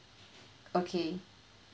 okay